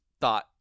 thought